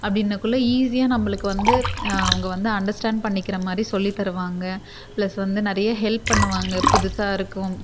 அப்படின்னக்குள்ள ஈஸியாக நம்மளுக்கு வந்து அவங்க வந்து அண்டர்ஸ்டாண்ட் பண்ணிக்கிற மாதிரி சொல்லி தருவாங்க ப்ளஸ் வந்து நிறைய ஹெல்ப் பண்ணுவாங்க புதுசாக இருக்கும்